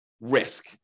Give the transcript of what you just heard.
risk